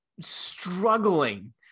struggling